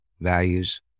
values